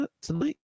tonight